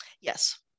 Yes